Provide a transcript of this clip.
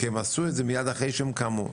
כי הם עשו את זה מיד אחרי שהם עלו.